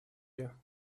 you